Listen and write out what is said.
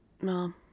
No